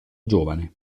giovane